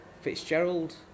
fitzgerald